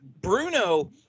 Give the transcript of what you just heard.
Bruno